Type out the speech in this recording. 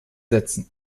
sätzen